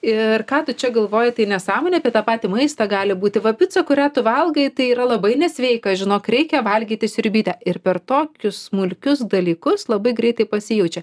ir ką tu čia galvoji tai nesąmonė apie tą patį maistą gali būti va picą kurią tu valgai tai yra labai nesveika žinok reikia valgyti sriubytę ir per tokius smulkius dalykus labai greitai pasijaučia